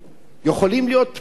יכולים להיות פטורים.